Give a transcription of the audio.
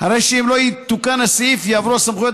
הרי שאם לא יתוקן הסעיף יעברו סמכויות